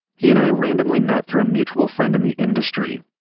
he and i randomly met through a mutual friend in the industry.